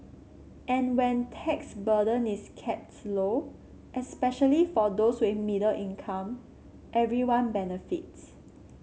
and when tax burden is kept low especially for those with middle income everyone benefits